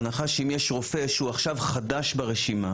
ההנחה הייתה שאם יש רופא שהוא עכשיו חדש ברשימה,